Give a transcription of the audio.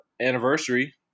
anniversary